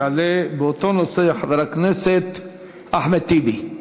יעלה באותו נושא חבר הכנסת אחמד טיבי,